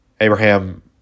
Abraham